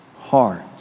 heart